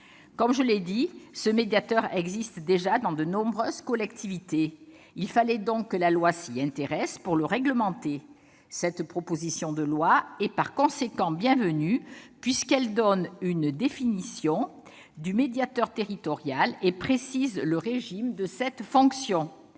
Comme je l'ai dit, ce médiateur existe déjà dans de nombreuses collectivités. Il fallait donc que la loi s'y intéresse, pour le réglementer. Cette proposition de loi est par conséquent bienvenue, puisqu'elle donne une définition du médiateur territorial et précise le régime de cette fonction.